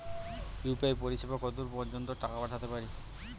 UPI পরিসেবা কতদূর পর্জন্ত টাকা পাঠাতে পারি?